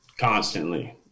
Constantly